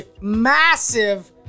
massive